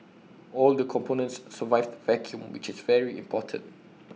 all the components survived vacuum which's very important